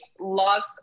lost